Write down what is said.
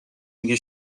میگه